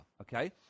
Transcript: okay